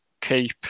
keep